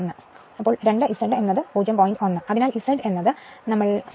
1 അതിനാൽ 2 Z 0